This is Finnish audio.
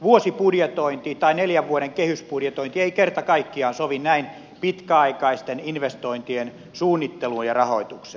vuosibudjetointi tai neljän vuoden kehysbudjetointi ei kerta kaikkiaan sovi näin pitkäaikaisten investointien suunnitteluun ja rahoitukseen